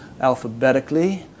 alphabetically